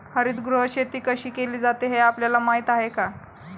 हरितगृह शेती कशी केली जाते हे आपल्याला माहीत आहे का?